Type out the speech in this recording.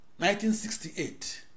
1968